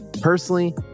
personally